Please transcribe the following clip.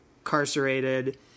incarcerated